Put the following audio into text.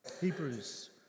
Hebrews